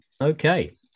Okay